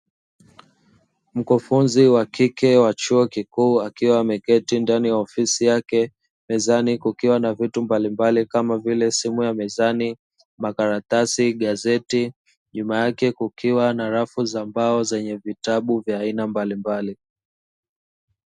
Mkufunzi wa kike akiwa ameketi ndani ya ofisi yake mezani kukiwa na vitu mbalimbali kamavile simu ya mezani, makaratasi, magazeti nyuma yake kukiwa na rafu za mbao zenye vitabu vya aina mbalimbali.